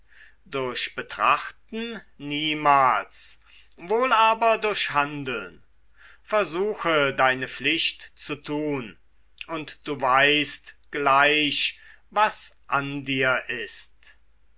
durch betrachten niemals wohl aber durch handeln versuche deine pflicht zu tun und du weißt gleich was an dir ist